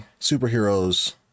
superheroes